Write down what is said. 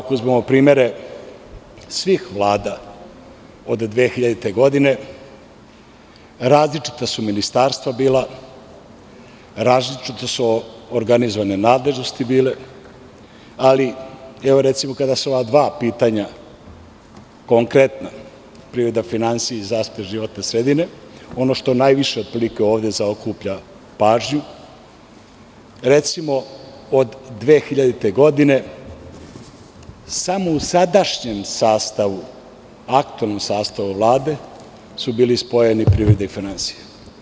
Ako uzmemo primere svih vlada od 2000. godine, različita su ministarstva bila, različito su organizovane nadležnosti bili, ali evo recimo kada su ova dva pita konkretna privreda i finansije i zaštita životne sredine, ono što najviše otprilike ovde zaokuplja pažnju, recimo od 2000. godine, samo u sadašnjem sastavu, aktuelnom sastavu Vlade su bili spojedni privreda i finansije.